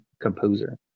composer